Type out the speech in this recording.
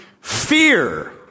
fear